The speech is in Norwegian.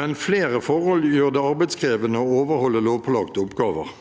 men flere forhold gjør det arbeidskrevende å overholde lovpålagte oppgaver.